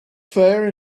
fair